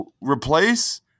replace